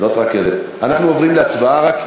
אנחנו עוברים להצבעה.